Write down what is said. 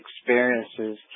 experiences